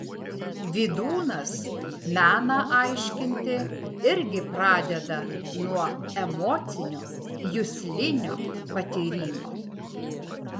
vydūnas meną aiškinti irgi pradeda nuo emocinio juslinio patyrimo